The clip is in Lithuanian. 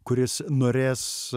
kuris norės